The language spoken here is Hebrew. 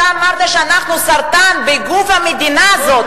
אתה אמרת שאנחנו סרטן בגוף המדינה הזאת.